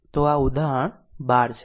તો આ ઉદાહરણ ૧૨ છે